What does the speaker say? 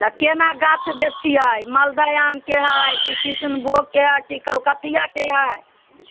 तऽ केना गाछ दै छियै मालदह आमके है कि कृष्णभोगके हय कि कलकतिआके हइ